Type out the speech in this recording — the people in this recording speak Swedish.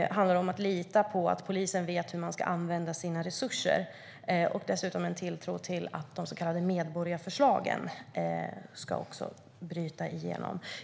Det handlar om att lita på att polisen vet hur de ska använda sina resurser och dessutom ha en tilltro till att de så kallade medborgarförslagen ska bryta igenom.